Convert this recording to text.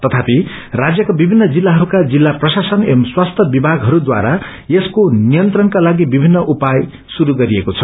तथापि राज्यका विभिन्न जिल्तहरूका जिल्ल प्रशासन एवं स्वास्थ्य विभगहरुद्वारा यसको नियन्त्रणका ालागि विभिन्न उपाय श्रुरू गरिएको छ